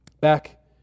back